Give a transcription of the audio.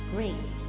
Great